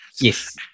Yes